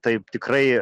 taip tikrai